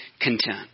content